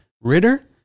Ritter